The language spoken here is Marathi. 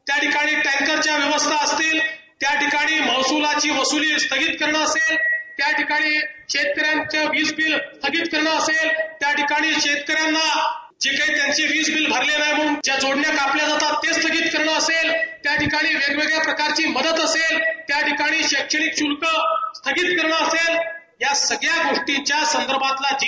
त्या ठिकाणी टँकरच्या व्यवस्था असतील त्या ठिकाणी महसुलाची वसुली स्थगित करणं असेल त्या ठिकाणी शेतकऱ्यांचं वीज बील स्थगित करणं असेल त्याच ठिकाणी शेतकऱ्यांचे वीज बील भरले नाही म्हणून ज्या जोडण्या कापल्या जातात ते स्थगित करणे असेल त्या ठिकाणी वेगवेगळ्या प्रकारची मदत असेल त्या ठिकाणी शैक्षणिक शुल्क स्थगित करण असेल या सगळ्या गोष्टींच्या संदर्भातला जी